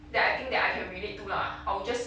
that I think that I can relate to lah I will just